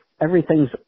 everything's